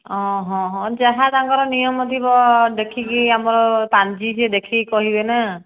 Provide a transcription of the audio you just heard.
ଅ ହଁ ହଁ ଯାହା ତାଙ୍କର ନିୟମ ଥିବ ଦେଖିକି ଆମର ପାଞ୍ଜି ଯିଏ ଦେଖିକି କହିବେ ନା